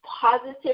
positive